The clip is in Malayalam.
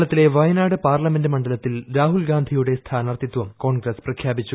കേരള ത്തിലെ വയനാട് പാർലമെന്റ് മണ്ഡലത്തിൽ രാഹുൽഗാന്ധിയുടെ സ്ഥാനാർത്ഥിത്വം കോൺഗ്രസ് പ്രഖ്യാപിച്ചു